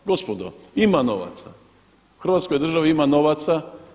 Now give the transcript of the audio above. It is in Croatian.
Gospodo, ima novaca u Hrvatskoj državi ima novaca.